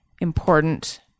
important